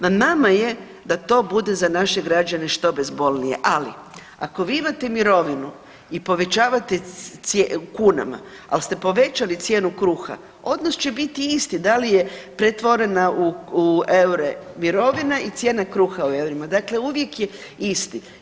Na nama je da to bude za naše građane što bezbolnije, ali ako vi imate mirovinu i povećavate, u kunama, al ste povećali cijenu kruha, odnos će biti isti, da li je pretvorena u eure mirovina i cijena kruha u eurima, dakle uvijek je isti.